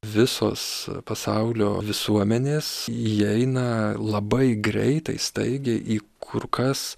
visos pasaulio visuomenės įeina labai greitai staigiai į kur kas